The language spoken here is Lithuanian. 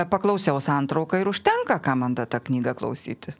paklausiau santrauką ir užtenka ką man tą tą knygą klausyti